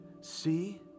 see